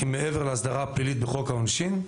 כי מעבר להסדרה הפלילית בחוק העונשין,